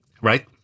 right